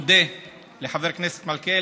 יזכירו אותך בנשימה אחת עם החוק שהצליח להעביר זחאלקה,